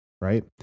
right